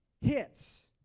hits